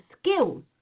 skills